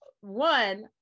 One